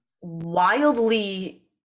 wildly